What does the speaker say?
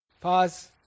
Pause